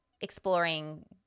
exploring